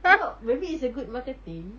ya maybe it's a good marketing